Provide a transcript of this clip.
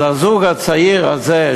הזוג הצעיר הזה,